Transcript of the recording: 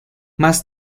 más